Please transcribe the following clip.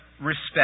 Respect